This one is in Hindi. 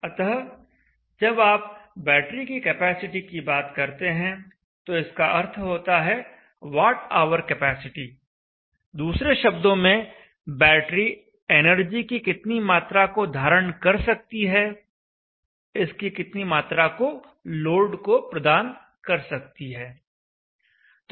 अतः जब आप बैटरी की कैपेसिटी की बात करते हैं तो इसका अर्थ होता है वॉटऑवर कैपेसिटी दूसरे शब्दों में बैटरी एनर्जी की कितनी मात्रा को धारण कर सकती है इसकी कितनी मात्रा को लोड को प्रदान कर सकती है